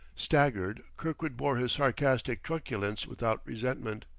staggered, kirkwood bore his sarcastic truculence without resentment.